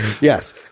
yes